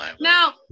now